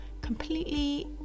completely